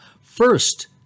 First